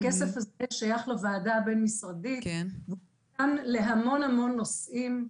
הכסף הזה שייך לוועדה הבין משרדית והוא מוקצה להמון המון נושאים.